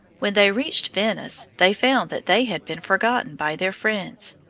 when they reached venice they found that they had been forgotten by their friends.